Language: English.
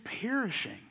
perishing